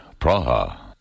Praha